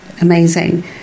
amazing